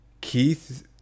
Keith